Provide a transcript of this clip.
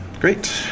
great